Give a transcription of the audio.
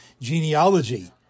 genealogy